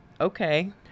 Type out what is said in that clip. Okay